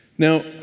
Now